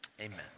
amen